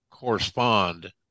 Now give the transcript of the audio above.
correspond